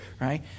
right